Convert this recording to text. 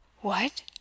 What